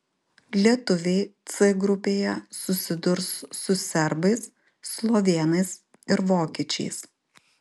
lietuviai c grupėje susidurs su serbais slovėnais ir vokiečiais